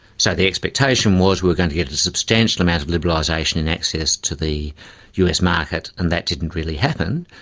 so the expectation was we were going to get a substantial amount of liberalisation and access to the us market, and that didn't really happen.